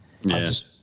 Yes